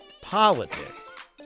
politics